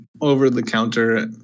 over-the-counter